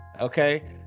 Okay